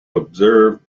observed